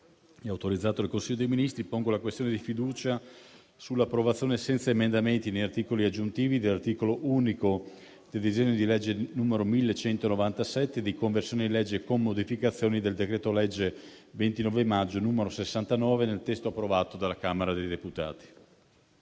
autorizzato dal Consiglio dei ministri, pongo la questione di fiducia sull'approvazione, senza emendamenti né articoli aggiuntivi, dell'articolo unico del disegno di legge n. 1197, di conversione, con modificazioni, del decreto-legge 29 maggio 2024, n. 69, nel testo approvato dalla Camera dei deputati.